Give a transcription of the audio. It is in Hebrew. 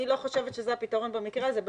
אני לא חושבת שזה הפתרון במקרה הזה,